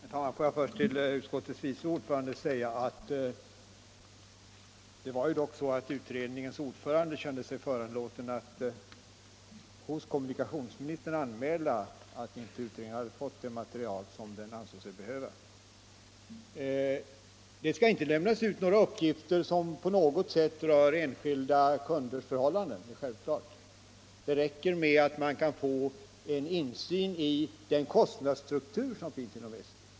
Herr talman! Låt mig först till utskottets vice ordförande säga att det var ju så att utredningens ordförande kände sig föranlåten att hos kom munikationsministern anmäla att utredningen inte fått det material som den ansåg sig behöva. Det skall självklart inte lämnas ut uppgifter som på något sätt rör enskilda kunders förhållanden utan det räcker med att utredningen får en insyn i den kostnadsstruktur som finns inom SJ.